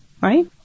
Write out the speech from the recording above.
right